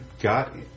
got